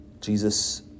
Jesus